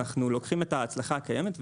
אנחנו לוקחים את ההצלחה הקיימת,